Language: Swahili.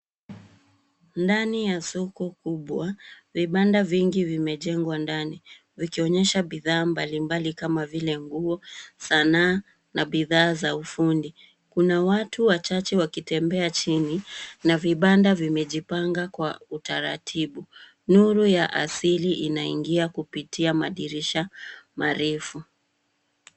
Ndani ya soko kubwa. Vibanda vingi vimejengwa ndani vikionyesha bidhaa mbalimbali kama vile nguo, sanaa na bidhaa za ufundi. Kuna watu wachache wakitembea chini na vibanda vimejipanga kwa utaratibu. Nuru ya asili inaingia kupitia madirisha marefu.